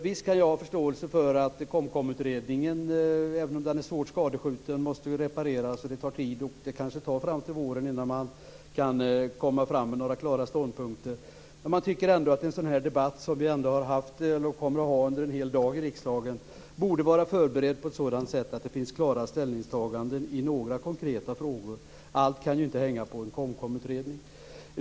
KOMKOM-utredningen är visserligen svårt skadskjuten och måste repareras, och det kanske tar tid ända fram till våren innan man kan komma fram med några klara ståndpunkter, men jag tycker ändå att en sådan debatt som vi har under en hel dag i riksdagen borde vara förberedd på ett sådant sätt att det finns klara ställningstaganden i några konkreta frågor. Allt kan inte hänga på KOMKOM-utredningen.